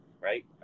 right